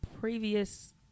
previous